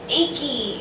achy